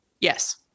Yes